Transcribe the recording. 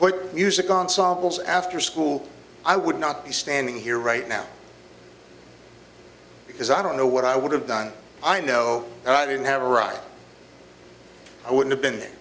put music ensemble after school i would not be standing here right now because i don't know what i would have done i know i didn't have a rock i would've been